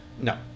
No